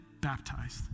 baptized